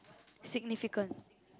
significance